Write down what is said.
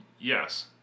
Yes